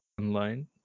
online